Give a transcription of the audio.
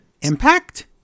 Impact